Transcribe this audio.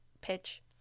pitch